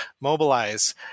mobilize